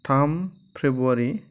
थाम फ्रेबुवारि